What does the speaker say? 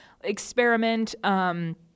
experiment